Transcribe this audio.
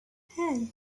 hey